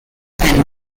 and